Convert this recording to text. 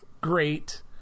great